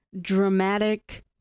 dramatic